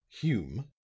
Hume